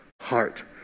heart